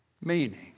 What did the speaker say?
Meaning